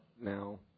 Now